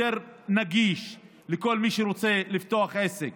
יותר נגיש לכל מי שרוצה לפתוח עסק.